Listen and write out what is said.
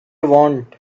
want